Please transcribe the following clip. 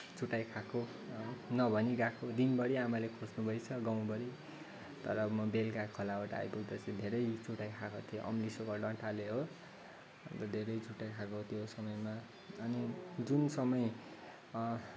चुटाइ खाएको नभनी गएको दिनभरि आमाले खोज्नु भएछ गाउँभरि तर म बेलुका खोलाबाट आइपुग्दा चाहिँ धेरै चुटाइ खाएको थिएँ अम्रिसोको डन्ठाले हो अनि त धेरै चुटाइ खाएको त्यो समयमा अनि जुन समय